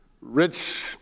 rich